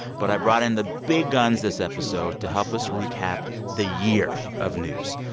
but i brought in the big guns this episode to help us recap the year of news.